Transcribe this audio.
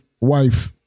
wife